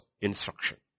instruction